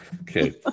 okay